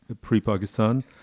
pre-Pakistan